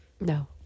No